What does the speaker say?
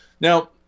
Now